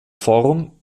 form